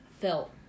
felt